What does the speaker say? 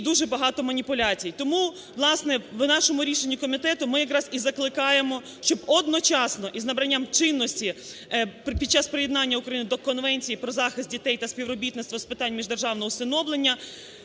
дуже багато маніпуляцій. Тому, власне, в нашому рішенні комітету ми якраз і закликаємо, щоб одночасно із набранням чинності під час приєднання України до Конвенції про захист дітей та співробітництво з питань міждержавного усиновлення